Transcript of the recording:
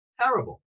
Terrible